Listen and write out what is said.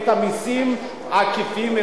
את המסים העקיפים,